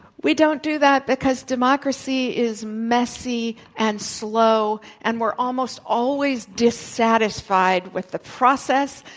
we don't do that because democracy is messy, and slow, and we're almost always dissatisfied with the process,